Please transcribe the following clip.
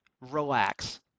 Relax